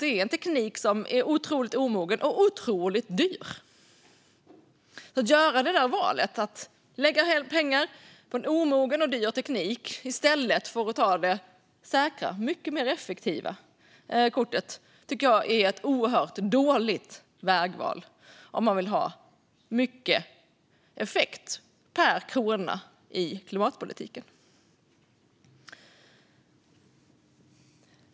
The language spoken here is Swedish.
Det är teknik som är otroligt omogen och otroligt dyr. Valet att lägga pengar på omogen och dyr teknik i stället för att ta det säkra och mycket mer effektiva kortet är ett oerhört dåligt vägval om man vill ha mycket effekt per krona i klimatpolitiken.